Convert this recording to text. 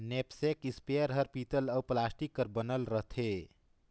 knapsack spare हर पीतल अउ प्लास्टिक कर बनल रथे